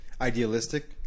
idealistic